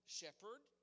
shepherd